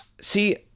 see